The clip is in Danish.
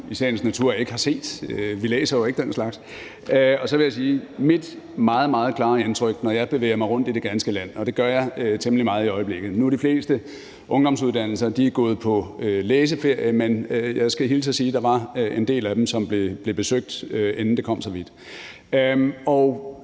jeg i sagens natur ikke har set, for vi læser jo ikke den slags, og så vil jeg sige, hvad mit meget klare indtryk er, når jeg bevæger mig rundt i det ganske land, og det gør jeg temmelig meget i øjeblikket. De fleste ungdomsuddannelser er gået på læseferie, men jeg skal hilse og sige, at der var en del af dem, som blev besøgt, inden det kom så vidt.